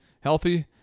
healthy